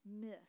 Myth